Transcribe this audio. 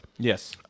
Yes